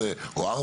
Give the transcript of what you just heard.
או 4,